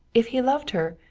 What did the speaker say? if he loved her,